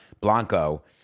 Blanco